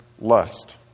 lust